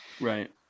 Right